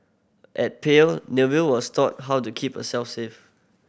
at Pave Nellie was taught how to keep herself safe